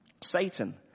Satan